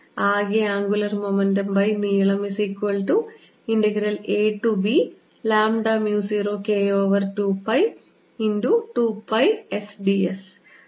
ആകെ ആംഗുലർ മൊമെന്റംനീളംab0K2π